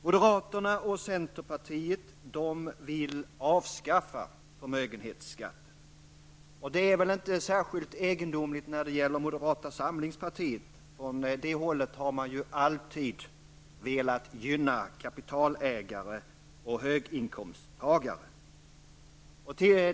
Moderaterna och centerpartiet vill avskaffa förmögenhetsskatten, och det är väl inte särskilt egendomligt när det gäller moderata samlingspartiet -- från det hållet har man ju alltid velat gynna kapitalägare och höginkomsttagare.